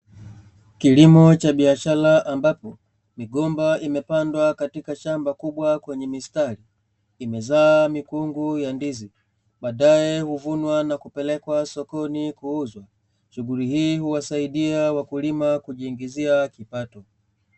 Kilimo cha biashara ambapo migomba imepandwa katika shamba kubwa kwenye mistari imezaa mikungu ya ndizi, baadaye huvunwa na kupelekwa sokoni kuuzwa shughuli hii huwasaidia wakulima kujiingizia kipato.